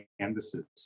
canvases